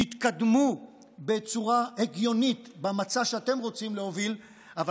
תתקדמו בצורה הגיונית במצע שאתם רוצים להוביל אבל